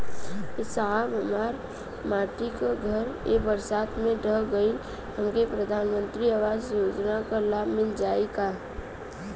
ए साहब हमार माटी क घर ए बरसात मे ढह गईल हमके प्रधानमंत्री आवास योजना क लाभ मिल जाई का?